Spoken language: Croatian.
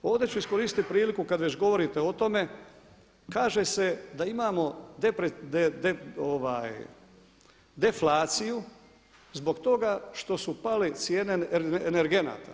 Ovdje ću iskoristiti priliku kad već govorite o tome kaže se da imamo deflaciju zbog toga što su pale cijene energenata.